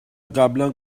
قبلا